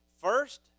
First